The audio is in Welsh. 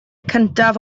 cyntaf